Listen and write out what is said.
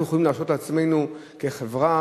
אנחנו יכולים להרשות לעצמנו, כחברה,